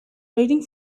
waiting